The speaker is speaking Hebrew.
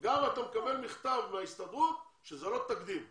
אתה גם מקבל מכתב מההסתדרות שזה לא תקדים מבחינתם,